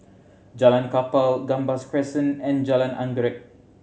Jalan Kapal Gambas Crescent and Jalan Anggerek